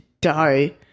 die